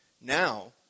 now